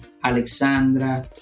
Alexandra